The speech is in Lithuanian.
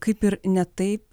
kaip ir ne taip